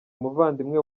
umuvandimwe